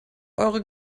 eure